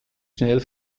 schnell